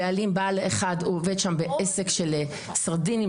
בעל אחד שעובד שם בעסק של סרדינים,